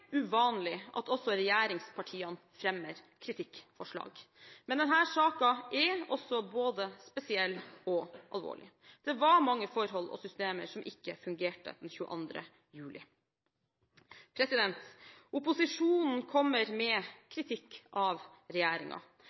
uvanlig at også regjeringspartiene fremmer kritikkforslag, men denne saken er både spesiell og alvorlig. Det var mange forhold og systemer som ikke fungerte den 22. juli. Opposisjonen kommer med kritikk av